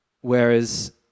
Whereas